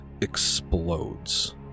explodes